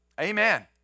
Amen